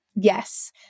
Yes